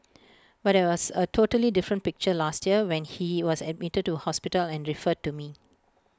but IT was A totally different picture last year when he was admitted to hospital and referred to me